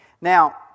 Now